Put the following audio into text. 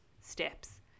steps